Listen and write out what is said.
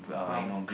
!wow!